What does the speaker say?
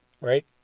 Right